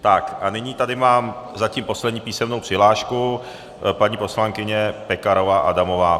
A nyní tady mám zatím poslední písemnou přihlášku paní poslankyně Pekarová Adamová.